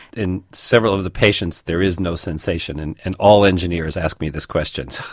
in several of the patients there is no sensation, and and all engineers ask me this question.